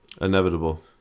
Inevitable